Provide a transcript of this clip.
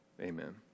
Amen